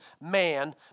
man